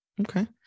Okay